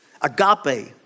Agape